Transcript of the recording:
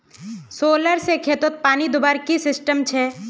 Solar से खेतोत पानी दुबार की सिस्टम छे?